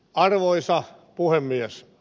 arvoisa puhemies